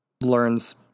learns